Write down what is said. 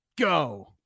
Go